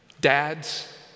Dads